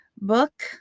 book